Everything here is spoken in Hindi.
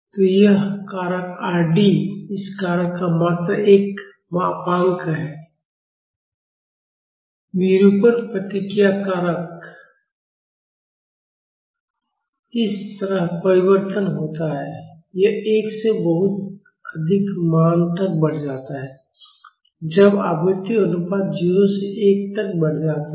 तो यह कारक R d इस कारक का मात्र एक मापांक है विरूपण प्रतिक्रिया कारक R d इस तरह परिवर्तन होता है यह 1 से बहुत अधिक मान तक बढ़ जाता है जब आवृत्ति अनुपात 0 से 1 तक बढ़ जाता है